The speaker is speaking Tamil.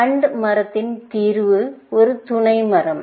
AND மரத்தில் தீர்வு ஒரு துணை மரம்